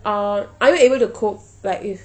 uh are you able to cope like if